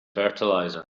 fertilizer